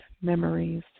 memories